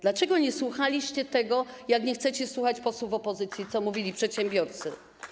Dlaczego nie słuchaliście, tak jak nie chcecie słuchać posłów opozycji, co mówili przedsiębiorcy?